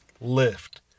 lift